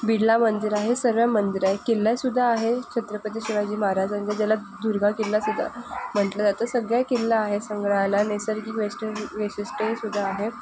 बिर्ला मंदिर आहे सर्व मंदिरं आहे किल्ला सुद्धा आहे छत्रपती शिवाजी महाराजांचा ज्याला दुर्गा किल्ला सुद्धा म्हटलं जातं सगळा किल्ला आहे संग्रहालय नैसर्गिक वेस्टन वैशिष्ट्ये सुद्धा आहे